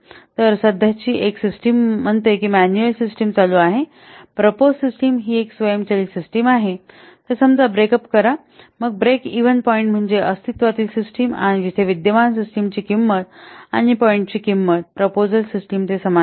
तर सध्याची एक सिस्टम म्हणते की मॅन्युअल सिस्टम चालू आहे प्रपोज सिस्टम ही एक स्वयंचलित सिस्टम आहे तर समजा ब्रेक अप करा मग ब्रेक इव्हन पॉईंट म्हणजे अस्तित्वातील सिस्टम आणि जिथे विद्यमान सिस्टमची किंमत आणि पॉईंटची किंमत प्रपोजल सिस्टम ते समान आहेत